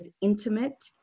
intimate